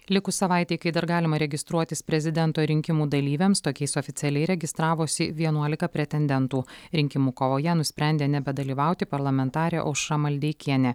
likus savaitei kai dar galima registruotis prezidento rinkimų dalyviams tokiais oficialiai registravosi vienuolika pretendentų rinkimų kovoje nusprendė nebedalyvauti parlamentarė aušra maldeikienė